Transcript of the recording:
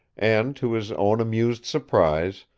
and to his own amused surprise,